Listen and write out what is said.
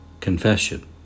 Confession